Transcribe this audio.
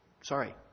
sorry